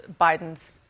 Biden's